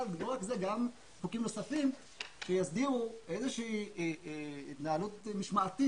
גם חוקים נוספים שיסדירו איזושהי התנהלות משמעתית